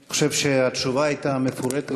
אני חושב שהתשובה הייתה מפורטת.